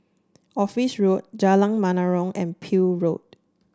Office Road Jalan Menarong and Peel Road